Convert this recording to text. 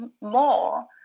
more